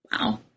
Wow